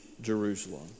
Jerusalem